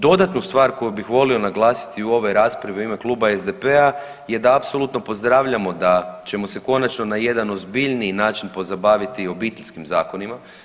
Dodatnu stvar koju bih volio naglasiti u ovoj raspravi u ime Kluba SDP-a je da apsolutno pozdravljamo da ćemo se konačno na jedan ozbiljniji način pozabaviti obiteljskim zakonima.